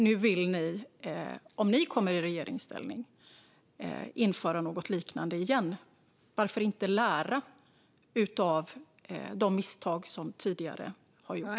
Nu vill ni, om ni kommer i regeringsställning, införa något liknande igen. Varför inte lära av de misstag som tidigare gjorts?